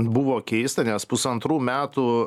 buvo keista nes pusantrų metų